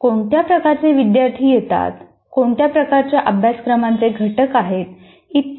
कोणत्या प्रकारचे विद्यार्थी येतात कोणत्या प्रकारच्या अभ्यासक्रमाचे घटक आहेत इत्यादी